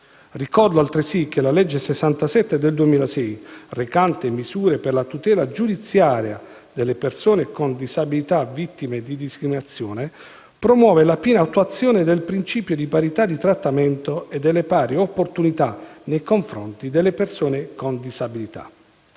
Ricordo altresì che la legge n. 67 del 2006, recante misure per la tutela giudiziaria delle persone con disabilità vittime di discriminazioni, promuove la piena attuazione del principio di parità di trattamento e delle pari opportunità nei confronti delle persone con disabilità.